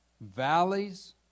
Valleys